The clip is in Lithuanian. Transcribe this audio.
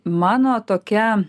mano tokia